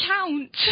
Count